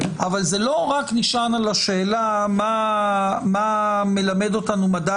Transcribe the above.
אבל זה לא רק נשען על השאלה מה מלמד אותנו מדע